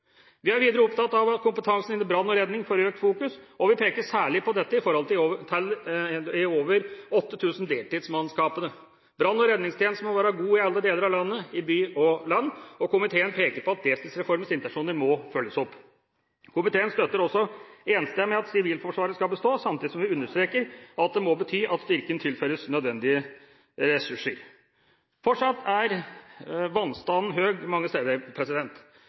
Vi er videre opptatt av at kompetanse innen brann og redning får økt fokus, og vi peker særlig på dette når det gjelder de over 8 000 deltidsmannskapene. Brann- og redningstjenesten må være god i alle deler av landet – i by og land. Komiteen peker på at deltidsreformens intensjoner må følges opp. Komiteen støtter også enstemmig at Sivilforsvaret skal bestå, samtidig som vi understreker at det må bety at styrken tilføres nødvendige ressurser. Fortsatt er vannstanden høy mange steder.